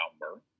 number